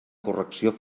correcció